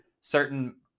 certain